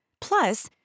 Plus